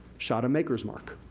shot of makers mark.